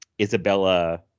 Isabella